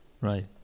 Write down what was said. Right